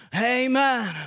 Amen